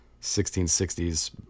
1660s